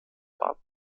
bad